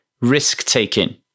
risk-taking